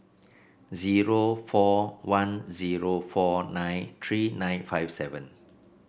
zero four one zero four nine three nine five seven